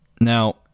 Now